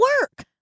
work